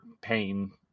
pain